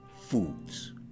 foods